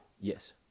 Yes